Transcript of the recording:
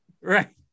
right